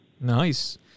Nice